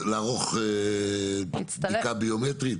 לערוך בדיקה ביומטרית?